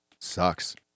Sucks